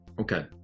Okay